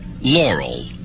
Laurel